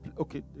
okay